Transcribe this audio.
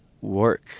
work